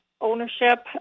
ownership